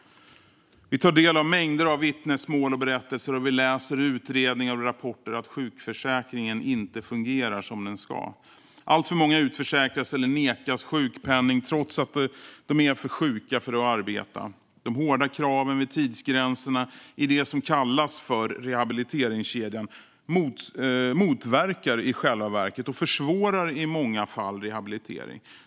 Vi tar del av mängder av vittnesmål och berättelser, och vi läser i utredningar och rapporter att sjukförsäkringen inte fungerar som den ska. Alltför många utförsäkras eller nekas sjukpenning trots att de är för sjuka för att arbeta. De hårda kraven vid tidsgränserna i det som kallas för rehabiliteringskedjan motverkar i själva verket - och försvårar i många fall - rehabilitering.